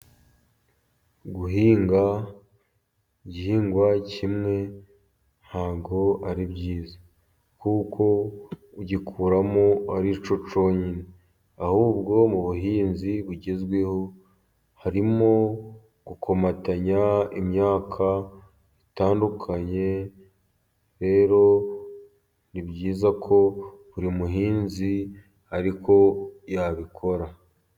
Guhinga igihingwa kimwe ntabwo ari byiza, kuko ugikuramo ari cyo cyonyine, ahubwo mu buhinzi bugezweho harimo gukomatanya imyaka itandukanye, rero ni byiza ko buri muhinzi ariko yabikora.